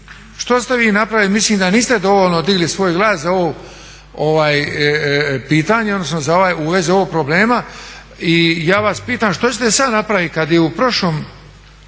što ste vi napravili, mislim da niste dovoljno digli svoj glas za ovo pitanje odnosno u vezi ovog problema i ja vas pitam što ćete sad napravit kad je u prošlom